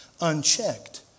unchecked